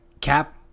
Cap